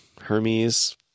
Hermes